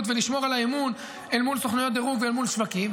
ולשמור על האמון אל מול סוכנויות דירוג ואל מול שווקים,